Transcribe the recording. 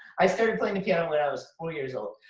i started playing the piano when i was four years old.